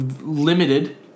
limited